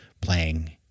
playing